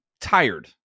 tired